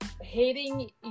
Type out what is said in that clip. hating